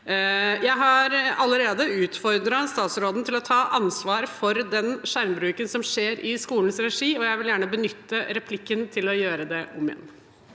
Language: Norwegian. Jeg har allerede utfordret statsråden til å ta ansvar for den skjermbruken som skjer i skolens regi, og jeg vil gjerne benytte replikken til å gjøre det igjen.